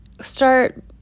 start